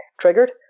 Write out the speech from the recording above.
triggered